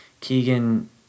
Keegan